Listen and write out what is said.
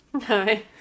Hi